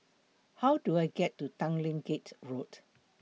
How Do I get to Tanglin Gate Road